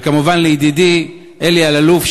וכמובן לידידי אלי אלאלוף,